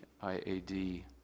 IAD